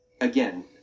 Again